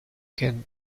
and